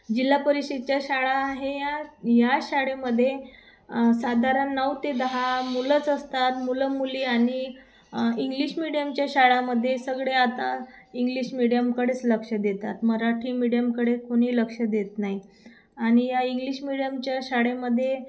जिल्हा परिषदच्या शाळा आहे या या शाळेमध्ये साधारण नऊ ते दहा मुलंच असतात मुलं मुली आणि इंग्लिश मिडियमच्या शाळामध्ये सगळे आता इंग्लिश मिडियमकडेच लक्ष देतात मराठी मिडियमकडे कोणी लक्ष देत नाहीत आणि या इंग्लिश मिडियमच्या शाळेमध्ये